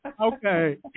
Okay